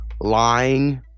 lying